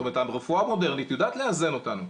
זאת אומרת הרפואה המודרנית יודעת לאזן אותנו.